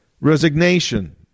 resignation